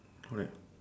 correct